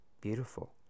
beautiful